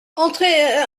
entrez